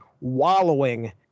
wallowing